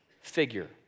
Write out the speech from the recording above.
figure